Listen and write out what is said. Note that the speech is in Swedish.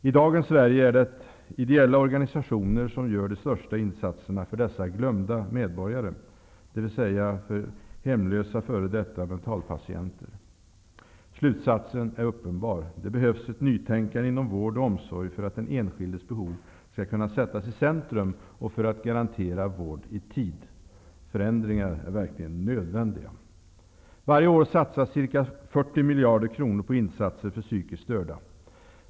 I dagens Sverige är det ideella organisationer som gör de största insatserna för dessa glömda medborgare, dvs. för hemlösa f.d. mentalpatienter. Slutsatsen är uppenbar: Det behövs ett nytänkande inom vård och omsorg för att den enskildes behov skall kunna sättas i centrum och för att garantera vård i tid. Förändringar är verkligen nödvändiga! Varje år satsas ca 40 miljarder kronor på insatser för psykiskt störda.